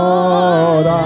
Lord